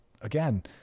Again